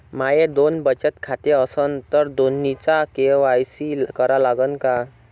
माये दोन बचत खाते असन तर दोन्हीचा के.वाय.सी करा लागन का?